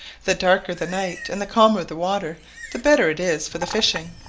the darker the night and the calmer the water the better it is for the fishing.